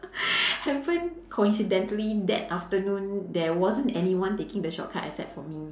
haven't coincidentally that afternoon there wasn't anyone taking the shortcut except for me